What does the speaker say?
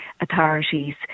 authorities